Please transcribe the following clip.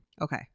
okay